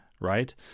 right